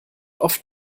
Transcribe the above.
oft